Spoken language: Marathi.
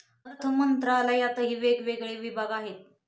अर्थमंत्रालयातही वेगवेगळे विभाग आहेत